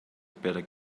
better